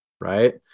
Right